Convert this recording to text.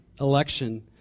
election